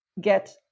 get